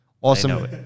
awesome